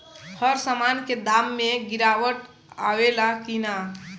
हर सामन के दाम मे गीरावट आवेला कि न?